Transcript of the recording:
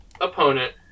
opponent